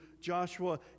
Joshua